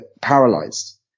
paralyzed